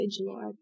Lord